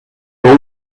for